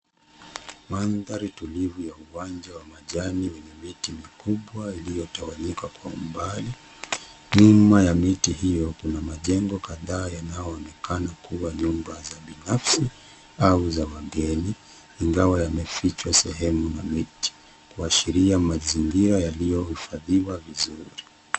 Mandhari tulivu ya uwanja wa majani wenye miti mikubwa iliyotawanyika kwa umbali. Nyuma ya miti hiyo kuna majengo kadhaa yanayoonekana kuwa nyumba za binafsi au za wageni ingawa yamejichwa na sehemu ya miti, kuashiria mazingira yaliyohifadhiwa vizuri.